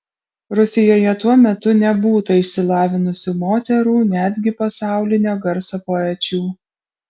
rusijoje tuo metu nebūta išsilavinusių moterų netgi pasaulinio garso poečių